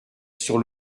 sur